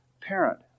parent